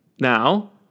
Now